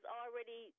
already